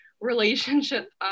relationship